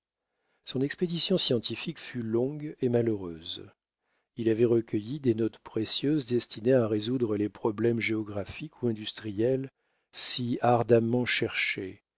son expédition scientifique fut longue et malheureuse il avait recueilli des notes précieuses destinées à résoudre les problèmes géographiques ou industriels si ardemment cherchés